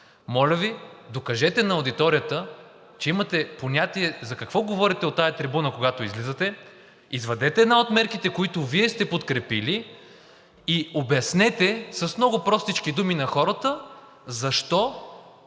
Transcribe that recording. Моля Ви, докажете на аудиторията, че имате понятие за какво говорите от тази трибуна, когато излизате. Извадете една от мерките, които Вие сте подкрепили, и обяснете с много простички думи на хората защо